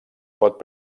pot